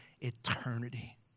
eternity